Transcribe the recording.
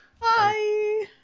Bye